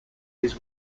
his